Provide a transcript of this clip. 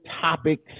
topics